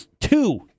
two